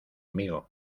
amigo